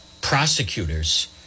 prosecutors